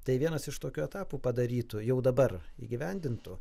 tai vienas iš tokių etapų padarytų jau dabar įgyvendintų